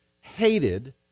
hated